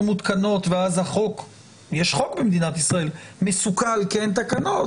מותקנות ואז יש חוק במדינות ישראל והוא מסוכל כי אין תקנות